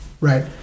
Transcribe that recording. right